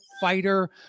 fighter